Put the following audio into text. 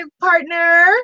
partner